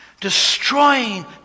Destroying